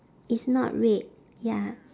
it's not red ya